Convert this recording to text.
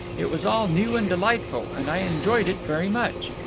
it was all new and delightful, and i enjoyed it very much.